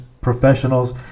professionals